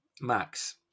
Max